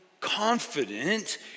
confident